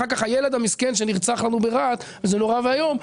הילד המסכן שנרצח ברהט, שזה דבר נורא ואיום,